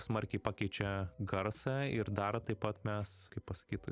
smarkiai pakeičia garsą ir dar taip pat mes kaip pasakyt